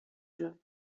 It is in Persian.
جون